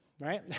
right